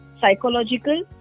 psychological